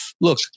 Look